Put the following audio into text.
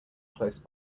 close